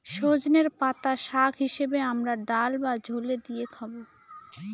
সজনের পাতা শাক হিসেবে আমরা ডাল বা ঝোলে দিয়ে খাবো